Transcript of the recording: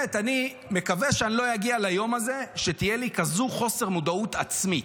אני מקווה שאני לא אגיע ליום הזה שיהיה לי כזה חוסר מודעות עצמית.